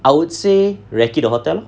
I would say recce the hotel